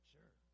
Sure